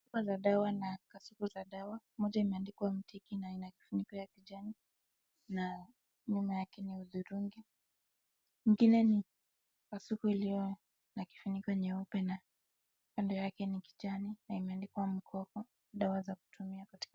Chupa za dawa na kasuku za dawa. Moja imeandikwa Mtiki na ina kifuniko ya kijani na nyuma yake ni hudhurungi. Ingine ni kasuku iliyo na kifuniko nyeupe na kando yake ni kijani na imeandikwa Mkoko. Dawa za kutumia katika.